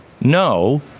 No